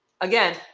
again